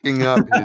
up